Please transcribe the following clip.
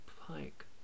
Pike